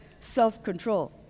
self-control